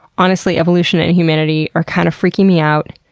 honestly, evolution and humanity are kind of freaking me out.